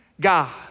God